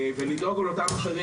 ולדאוג לאותם 40%,